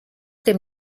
dem